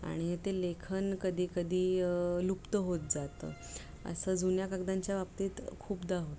आणि ते लेखन कधी कधी लुप्त होत जातं असं जुन्या कागदांच्या बाबतीत खूपदा होतो